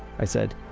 i said,